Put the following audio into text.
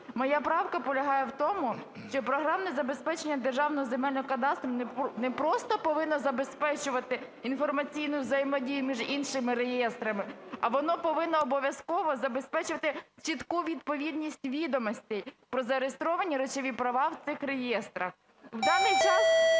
Моя правка полягає в тому, що програмне забезпечення Державного земельного кадастру не просто повинно забезпечувати інформаційну взаємодію між іншими реєстрами, а воно повинно обов'язково забезпечувати чітку відповідність відомостей про зареєстровані речові права в цих реєстрах. В даний час